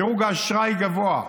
דירוג האשראי גבוה,